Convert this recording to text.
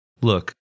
look